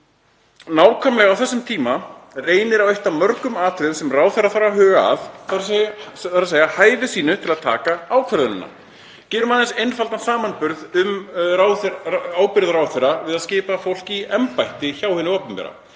Nákvæmlega á þessum tíma reynir á eitt af mörgum atriðum sem ráðherra þarf að huga að, þ.e. hæfi sínu til að taka ákvörðunina. Gerum einfaldan samanburð um ábyrgð ráðherra við að skipa fólk í embætti hjá hinu opinbera.